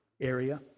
area